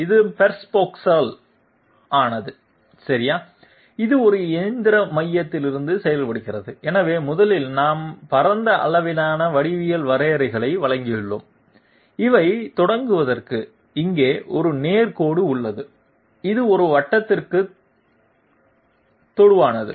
இது பெர்ஸ்பெக்ஸால் ஆனது சரியா இது ஒரு எந்திர மையத்தில் செய்யப்படுகிறது எனவே முதலில் நாம் பரந்த அளவிலான வடிவியல் வரையறைகளை வழங்கியுள்ளோம் இவை தொடங்குவதற்கு இங்கே ஒரு நேர்கோடு உள்ளது இது ஒரு வட்டத்திற்கு தொடுவானது